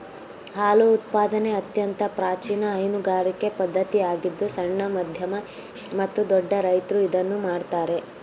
ಹಾಲು ಉತ್ಪಾದನೆ ಅತ್ಯಂತ ಪ್ರಾಚೀನ ಹೈನುಗಾರಿಕೆ ಪದ್ಧತಿಯಾಗಿದ್ದು ಸಣ್ಣ, ಮಧ್ಯಮ ಮತ್ತು ದೊಡ್ಡ ರೈತ್ರು ಇದನ್ನು ಮಾಡ್ತರೆ